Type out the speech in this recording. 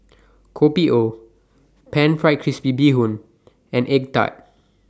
Kopi O Pan Fried Crispy Bee Hoon and Egg Tart